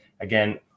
again